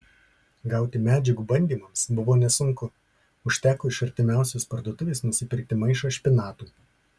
gauti medžiagų bandymams buvo nesunku užteko iš artimiausios parduotuvės nusipirkti maišą špinatų